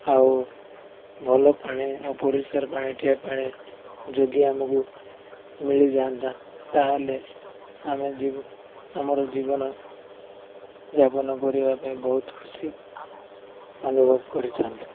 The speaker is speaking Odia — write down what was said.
ଆଉ ଭଲ ପାଣି ଆଉ ପରିଷ୍କାର ପାଣି ଟ୍ୟାପ ପାଣି ଯଦି ଆମକୁ ମିଳିଯାଆନ୍ତା ତାହେଲେ ଆମେ ଆମର ଜୀବନ ଯାପନ କରିବା ପାଇଁ ବହୁତ ଖୁସି ଅନୁଭବ କରିଥାନ୍ତୁ